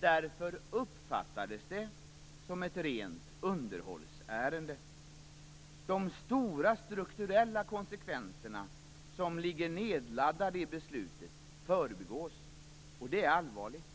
Det uppfattades därför som ett rent underhållsärende. De stora strukturella konsekvenserna som ligger nedladdade i beslutet förbigås. Det är allvarligt.